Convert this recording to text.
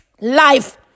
life